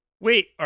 Wait